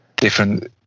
different